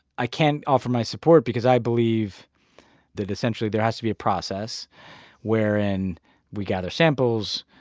i can't offer my support because i believe that, essentially, there has to be a process wherein we gather samples.